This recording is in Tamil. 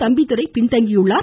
தம்பிதுரை பின்தங்கியுள்ளார்